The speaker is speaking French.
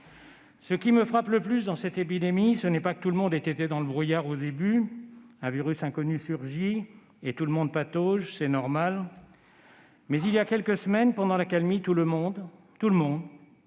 Ce qui me frappe le plus dans cette épidémie, ce n'est pas que tout le monde ait été dans le brouillard au début. Un virus inconnu surgit et tout le monde patauge, c'est normal. Mais il y a quelques semaines, pendant l'accalmie, tout le monde- scientifiques,